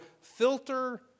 filter